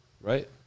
right